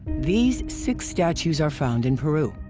these six statues are found in peru.